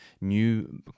new